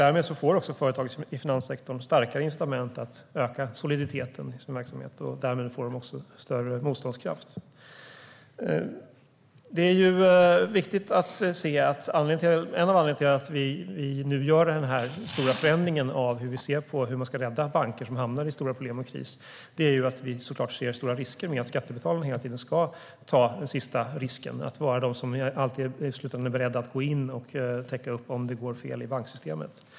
Därmed får också företag i finanssektorn starkare incitament att öka soliditeten i sin verksamhet. Därmed får de också större motståndskraft. Det är viktigt att se att en av anledningarna till att vi nu gör denna stora förändring av hur vi ser på hur man ska rädda banker som hamnar i stora problem och kris är att vi såklart ser stora risker med att skattebetalarna hela tiden ska ta den sista risken och att vara de som alltid i slutändan är beredda att gå in och täcka upp om det går fel i banksystemet.